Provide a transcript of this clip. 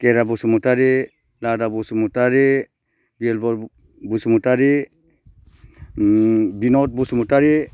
Gera Basumatary Rada Basumatary Birbal Basumatary Binod Basumatary